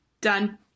Done